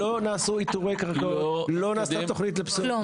לא נעשו איתורי קרקעות, לא נעשתה תוכנית לפסולת?